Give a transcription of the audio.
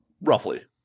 roughly